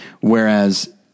whereas